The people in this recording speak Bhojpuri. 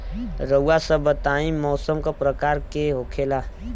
रउआ सभ बताई मौसम क प्रकार के होखेला?